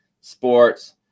sports